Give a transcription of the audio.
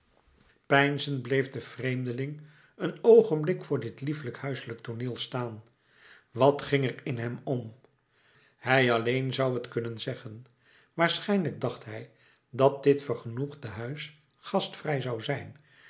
bleef de vreemdeling een oogenblik voor dit liefelijk huiselijk tooneel staan wat ging er in hem om hij alleen zou t kunnen zeggen waarschijnlijk dacht hij dat dit vergenoegde huis gastvrij zou zijn